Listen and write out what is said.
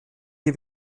die